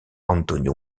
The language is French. antonio